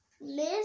miss